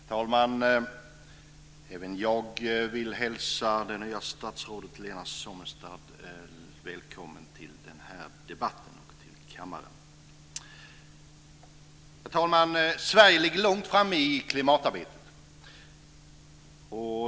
Herr talman! Även jag vill hälsa det nya statsrådet Lena Sommestad välkommen till den här debatten och till kammaren. Herr talman! Sverige ligger långt framme i klimatarbetet.